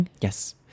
Yes